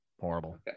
horrible